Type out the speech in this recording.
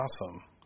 Awesome